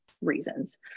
reasons